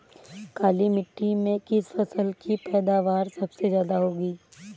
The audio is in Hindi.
काली मिट्टी में किस फसल की पैदावार सबसे ज्यादा होगी?